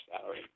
salary